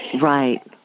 right